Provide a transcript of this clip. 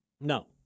No